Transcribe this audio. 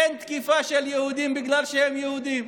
אין תקיפה של יהודים בגלל שהם יהודים,